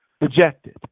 rejected